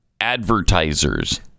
Advertisers